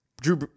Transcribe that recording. Drew